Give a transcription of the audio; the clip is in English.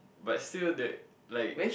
but still that like